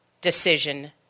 decision